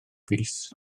fis